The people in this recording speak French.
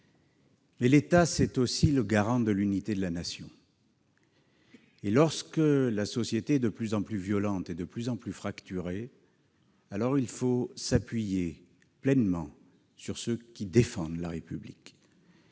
L'État est aussi le garant de l'unité de la Nation, et lorsque la société est de plus en plus violente et de plus en plus fracturée, il faut s'appuyer pleinement sur ceux qui défendent la République.